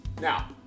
Now